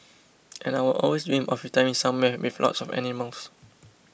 and I'd always dreamed of retiring somewhere with lots of animals